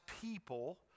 people